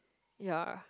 ya